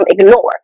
ignore